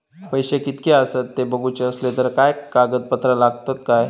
पैशे कीतके आसत ते बघुचे असले तर काय कागद पत्रा लागतात काय?